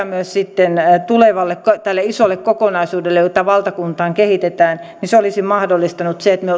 myös sitten tälle tulevalle isolle kokonaisuudelle jota valtakuntaan kehitetään mahdollistanut sen että me